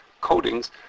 coatings